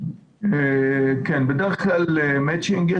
כן, בדרך כלל מצ'ינג.